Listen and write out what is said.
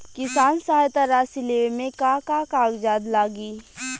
किसान सहायता राशि लेवे में का का कागजात लागी?